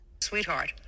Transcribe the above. Sweetheart